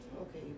okay